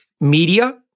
media